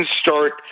start